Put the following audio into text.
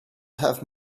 have